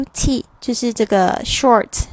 t，就是这个short。